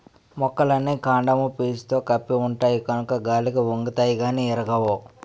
మొక్కలన్నీ కాండము పీసుతో కప్పి ఉంటాయి కనుక గాలికి ఒంగుతాయి గానీ ఇరగవు